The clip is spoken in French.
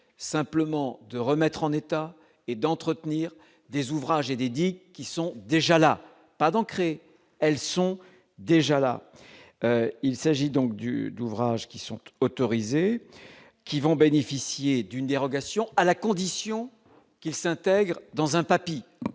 simplement de remettre en état et d'entretenir des ouvrages et des qui sont déjà là, pas d'ancrer, elles sont déjà là, il s'agit donc du d'ouvrages qui sont autorisés, qui vont bénéficier d'une dérogation à la condition qu'il s'intègre dans un papy,